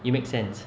it makes sense